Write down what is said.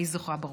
יהי זכרה ברוך.